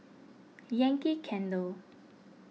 Yankee Candle